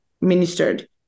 ministered